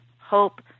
hope